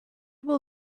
will